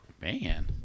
man